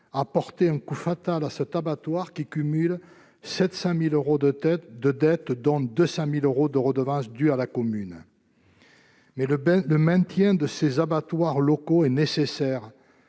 porté un coup fatal à cet abattoir, qui cumule 700 000 euros de dette, dont 200 000 euros de redevance due à la commune. Le maintien de ces abattoirs locaux est pourtant